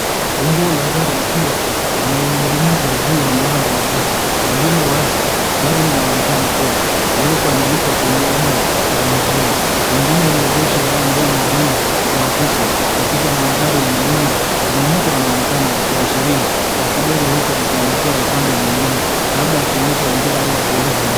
Funguo la gari ikiwa imening'inizwa juu ya mlango wa gari lililo wazi. Gari linaonekana kuwa jeupe na liko kwenye eneo la mijini. Pengine imeegeshwa au mbele ya jengo la ofisi katika mandhari. Na nyuma kuna mtu anaonekana akiashiria kwa kidole huku akielekea upande mwingine, labda akionyesha njia au akieleza